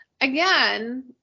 again